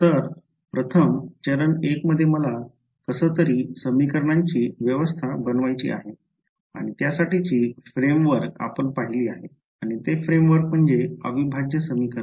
तर प्रथम चरण 1 मध्ये मला कसं तरी समीकरणांची व्यवस्था बनवायची आहे आणि त्यासाठीची फ्रेमवर्क आपण पाहिली आहे आणि ते फ्रेमवर्क म्हणजे अविभाज्य समीकरणे